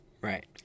Right